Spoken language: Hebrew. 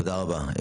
תודה רבה.